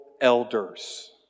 elders